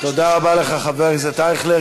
אבל החוק הזה יכול להציל את כבודה של תל-אביב,